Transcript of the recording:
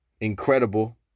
incredible